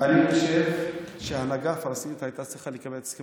אני חושב שההנהגה הפלסטינית הייתה צריכה לקבל את הסכם